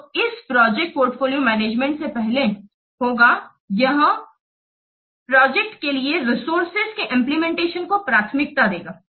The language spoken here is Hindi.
तो यह इस प्रोजेक्ट पोर्टफोलियो मैनेजमेंट से पहले होगा यह प्रोजेक्ट के लिए रिसोर्सेज के इंप्लीमेंटेशन को प्राथमिकता देगा